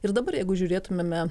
ir dabar jeigu žiūrėtumėme